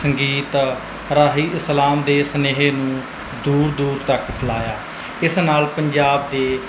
ਸੰਗੀਤ ਰਾਹੀ ਇਸਲਾਮ ਦੇ ਸੁਨੇਹੇ ਨੂੰ ਦੂਰ ਦੂਰ ਤੱਕ ਫੈਲਾਇਆ ਇਸ ਨਾਲ ਪੰਜਾਬ ਦੇ